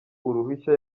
uruhushya